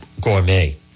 Gourmet